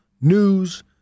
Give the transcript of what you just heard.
News